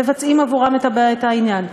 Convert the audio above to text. מבצעים עבורם את העניין,